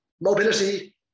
mobility